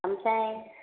ओमफ्राय